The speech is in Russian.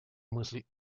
мысль